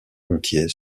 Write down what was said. gontier